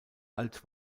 alt